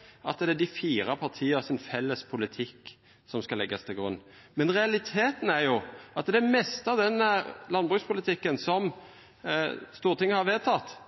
felles politikken til dei fire partia som skal leggjast til grunn. Men realiteten er at det meste av den landbrukspolitikken som Stortinget har vedteke,